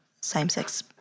same-sex